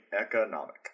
economic